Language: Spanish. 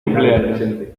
cumpleaños